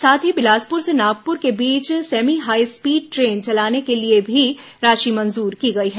साथ ही बिलासपुर से नागपुर के बीच सेमी हाई स्पीड ट्रेन चलाने के लिए भी राशि मंजूर की गई है